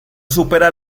supera